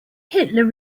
hitler